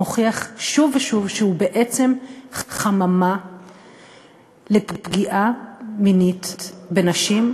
מוכיח שוב ושוב שהוא בעצם חממה לפגיעה מינית בנשים,